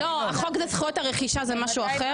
החוק לזכויות הרכישה זה משהו אחר.